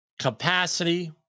capacity